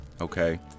okay